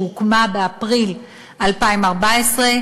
שהוקמה באפריל 2014,